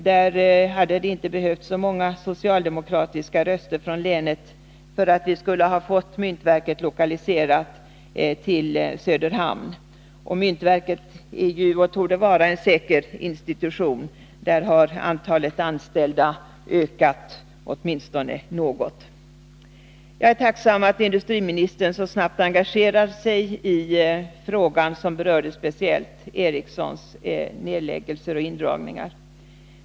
Där hade det inte behövts så många socialdemokratiska röster från länet för att vi skulle ha fått myntverket lokaliserat till Söderhamn. Myntverket är ju och torde förbli en säker institution; där har antalet anställda ökat, åtminstone något. Jag är tacksam att industriministern så snabbt engagerat sig i frågan om speciellt L M Ericssons nedläggelser och indragningar.